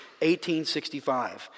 1865